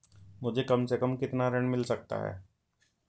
मुझे कम से कम कितना ऋण मिल सकता है?